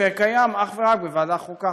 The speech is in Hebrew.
שקיים אך ורק בוועדת החוקה,